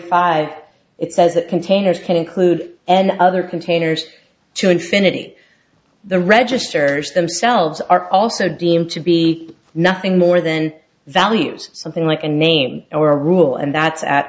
five it says that containers can include and other containers to infinity the register themselves are also deemed to be nothing more than values something like a name or a rule and that's at